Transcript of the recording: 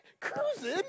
Cruising